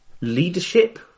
Leadership